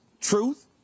truth